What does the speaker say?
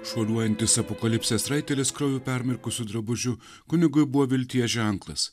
šuoliuojantis apokalipsės raitelis krauju permirkusiu drabužiu kunigui buvo vilties ženklas